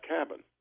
cabin